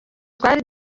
twari